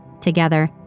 together